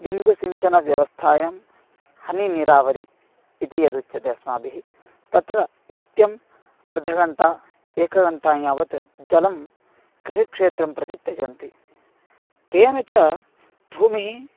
बिन्दुसिञ्चनव्यवस्थायां हनिनीरावरि इति यदुच्यते अस्माभिः तत्र नित्यम् अर्धघण्टाम् एकघण्टां यावत् जलं कृषिक्षेत्रं प्रति त्यजन्ति तेन च भूमिः